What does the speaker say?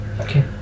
Okay